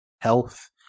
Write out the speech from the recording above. Health